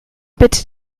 bitte